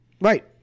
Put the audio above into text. Right